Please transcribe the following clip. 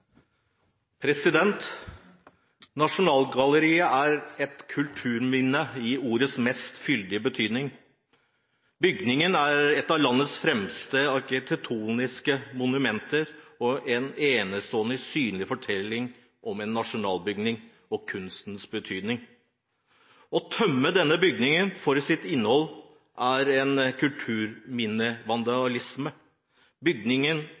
et kulturminne, i ordets fyldigste betydning. Bygningen er et av landets fremste arkitektoniske monumenter og en enestående og synlig fortelling om nasjonsbygging og kunstens betydning. Å tømme denne bygningen for dens innhold er kulturminnevandalisme. Bygningen